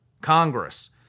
Congress